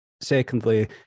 Secondly